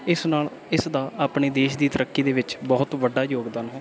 ਇਸ ਨਾਲ ਇਸ ਦਾ ਆਪਣੇ ਦੇਸ਼ ਦੀ ਤਰੱਕੀ ਦੇ ਵਿੱਚ ਬਹੁਤ ਵੱਡਾ ਯੋਗਦਾਨ ਹੈ